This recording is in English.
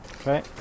Okay